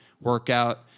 workout